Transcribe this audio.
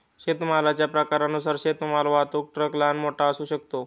शेतमालाच्या प्रकारानुसार शेतमाल वाहतूक ट्रक लहान, मोठा असू शकतो